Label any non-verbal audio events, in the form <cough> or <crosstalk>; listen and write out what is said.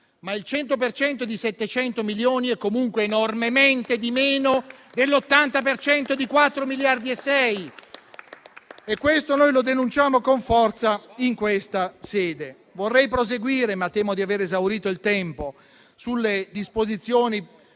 per cento di 700 milioni è comunque enormemente di meno dell'80 per cento di 4,6 miliardi e questo noi lo denunciamo con forza in questa sede. <applause> Vorrei proseguire, ma temo di aver esaurito il tempo, sulle disposizioni